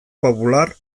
popular